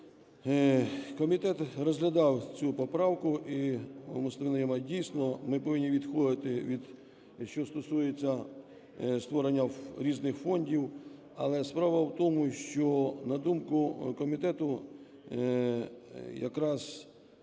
Комітет розглядав цю поправку Мустафи Найєма. Дійсно, ми повинні відходити, що стосується створення різних фондів. Але справа в тому, що на думку комітету, якраз